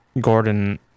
Gordon